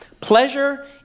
Pleasure